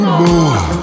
more